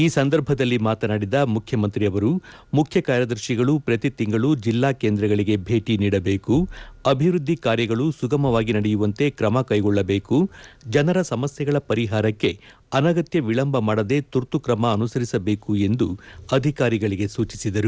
ಈ ಸಂದರ್ಭದಲ್ಲಿ ಮಾತನಾದಿದ ಮುಖ್ಯಮಂತ್ರಿ ಅವರು ಮುಖ್ಯ ಕಾರ್ಯದರ್ಶಿಗಳು ಪ್ರತಿ ತಿಂಗಳು ಜಿಲ್ಲಾ ಕೇಂದ್ರಗಳಿಗೆ ಭೇಟಿ ನೀಡಬೇಕು ಅಭಿವೃದ್ದಿ ಕಾರ್ಯಗಳು ಸುಗಮವಾಗಿ ನಡೆಯುವಂತೆ ಕ್ರಮ ಕೈಗೊಳ್ಳಬೇಕು ಜನರ ಸಮಸ್ಯೆಗಳ ಪರಿಹಾರಕ್ಕೆ ಅನಗತ್ಯ ವಿಳಂಬ ಮಾಡದೆ ತುರ್ತು ಕ್ರಮ ಅನುಸರಿಸಬೇಕು ಎಂದು ಅಧಿಕಾರಿಗಳಿಗೆ ಸೂಚಿಸಿದರು